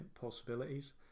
Possibilities